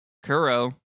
Kuro